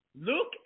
Look